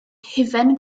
hufen